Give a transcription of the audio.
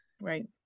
Right